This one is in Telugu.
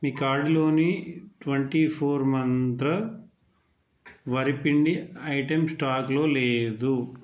మీ కార్టులోని ట్వంటీ ఫోర్ మంత్ర వరిపిండి ఐటెం స్టాకులో లేదు